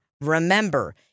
Remember